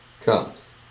comes